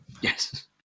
Yes